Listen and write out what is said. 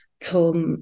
told